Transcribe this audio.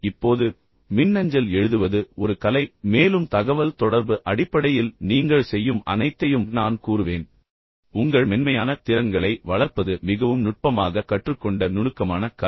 இப்போது மின்னஞ்சல் எழுதுவது ஒரு கலை மேலும் தகவல்தொடர்பு அடிப்படையில் நீங்கள் செய்யும் அனைத்தையும் நான் கூறுவேன் உங்கள் மென்மையான திறன்களை வளர்ப்பது மிகவும் நுட்பமாக கற்றுக்கொண்ட நுணுக்கமான கலை